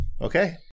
Okay